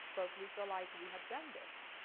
but we feel like we have done this.